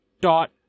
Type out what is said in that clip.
dot